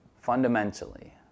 fundamentally